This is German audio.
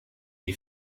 die